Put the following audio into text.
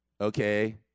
Okay